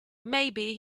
maybe